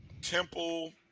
Temple